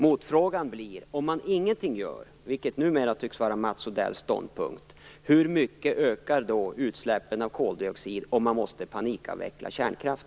Motfrågan blir: Om man ingenting skall göra - vilket numera tycks vara Mats Odells ståndpunkt - och kärnkraften måste panikavvecklas, hur mycket ökar då utsläppen av koldioxid?